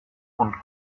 und